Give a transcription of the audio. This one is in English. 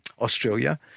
Australia